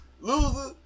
loser